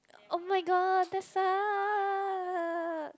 oh-my-god that sucks